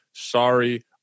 Sorry